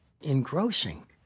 engrossing